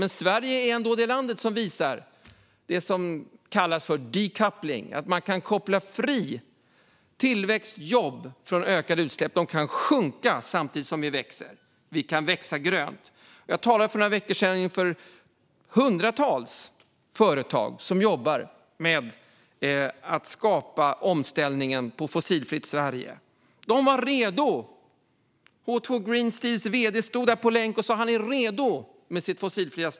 Men Sverige är ändå det land som visar det som kallas för decoupling, det vill säga att man kan frikoppla tillväxt och jobb från ökade utsläpp. Utsläppen kan sjunka samtidigt som vi växer. Vi kan växa grönt. Jag talade för några veckor sedan inför hundratals företag på Fossilfritt Sverige som jobbar med att skapa omställningen. De var redo.